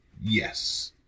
Yes